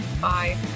bye